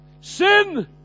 Sin